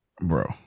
bro